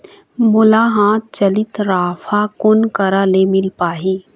मोला हाथ चलित राफा कोन करा ले मिल पाही?